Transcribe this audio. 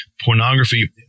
pornography